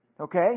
Okay